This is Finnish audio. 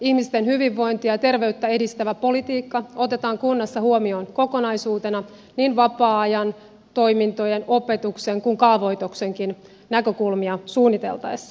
ihmisten hyvinvointia ja terveyttä edistävä politiikka otetaan kunnassa huomioon kokonaisuutena niin vapaa ajan toimintojen opetuksen kuin kaavoituksenkin näkökulmia suunniteltaessa